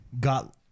got